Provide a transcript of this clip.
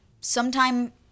sometime